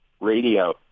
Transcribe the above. radio